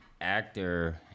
actor